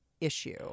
issue